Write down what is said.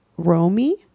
Romy